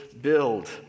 build